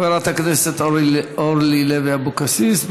חברת הכנסת אורלי לוי אבקסיס.